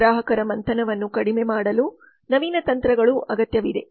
ಗ್ರಾಹಕರ ಮಂಥನವನ್ನು ಕಡಿಮೆ ಮಾಡಲು ನವೀನ ತಂತ್ರಗಳು ಅಗತ್ಯವಿದೆ